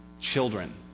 children